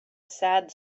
sad